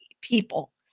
people